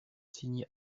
signe